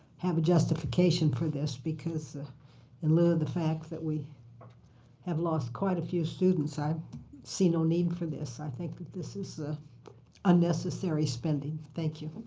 have a justification for this, because in lieu of the fact that we have lost quite a few students, i see no need for this. i think that this is ah unnecessary spending. thank you.